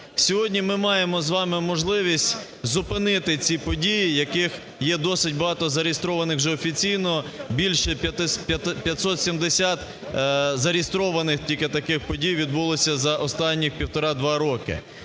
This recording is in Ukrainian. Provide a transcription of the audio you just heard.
Сьогодні ми маємо з вами можливість зупинити ці події, яких є досить багато зареєстрованих вже офіційно – більше 570 зареєстрованих тільки таких подій відбулося за останніх півтора-два роки.